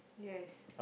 yes